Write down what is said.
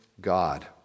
God